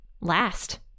last